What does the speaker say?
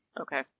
Okay